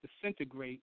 disintegrate